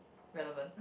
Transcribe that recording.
relevant